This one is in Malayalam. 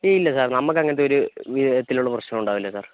ഇല്ല സാർ നമുക്കങ്ങനത്തെ ഒരു വിധത്തിലുള്ള പ്രശ്നങ്ങളും ഉണ്ടാകില്ല സാർ